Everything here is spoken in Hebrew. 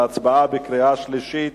להצבעה בקריאה שלישית,